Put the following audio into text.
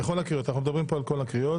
בקשת הממשלה להקדמת הדיון, בכל הקריאות,